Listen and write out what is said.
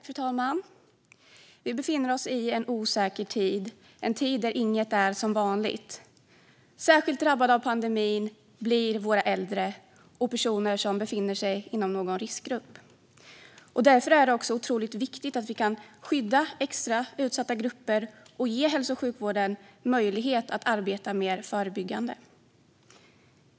Fru talman! Vi befinner oss i en osäker tid, en tid då inget är som vanligt. Särskilt drabbade av pandemin blir våra äldre och personer som befinner sig i någon riskgrupp. Därför är det otroligt viktigt att vi kan skydda extra utsatta grupper och ge hälso och sjukvården möjlighet att arbeta mer förebyggande.